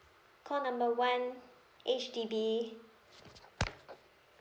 call number one H_D_B